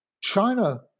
China